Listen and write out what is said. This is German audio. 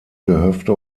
gehöfte